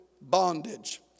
bondage